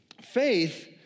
faith